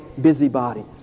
busybodies